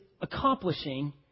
accomplishing